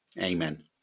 Amen